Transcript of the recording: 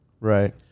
Right